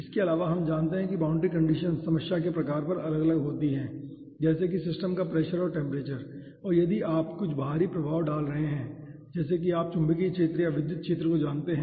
इसके अलावा हम जानते हैं कि बाउंड्री कंडीशंस समस्या के प्रकार पर अलग अलग होती है जैसे कि सिस्टम का प्रेशर और टेम्परेचर है और यदि आप कुछ बाहरी प्रभाव डाल रहे हैं जैसे कि आप चुंबकीय क्षेत्र या विद्युत क्षेत्र को जानते हैं